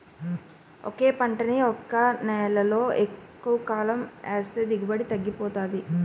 ఒకే పంటని ఒకే నేలలో ఎక్కువకాలం ఏస్తే దిగుబడి తగ్గిపోతాది